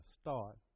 start